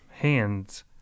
Hands